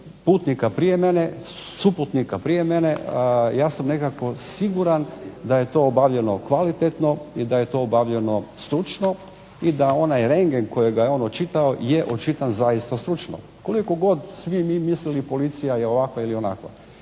putnika prije mene, suputnika prije mene ja sam nekako siguran da je to obavljeno kvalitetno i da je to obavljeno stručno i da onaj rendgen kojega je on očitao je očitan zaista stručno, koliko god svi mi mislili policija je ovakva ili onakva.